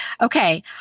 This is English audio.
Okay